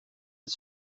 het